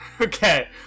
Okay